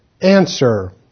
Answer